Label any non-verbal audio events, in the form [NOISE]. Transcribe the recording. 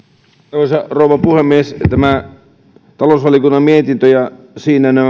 arvoisa rouva puhemies tämä talousvaliokunnan mietintö ja siinä nämä [UNINTELLIGIBLE]